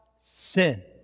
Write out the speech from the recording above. sin